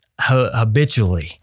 habitually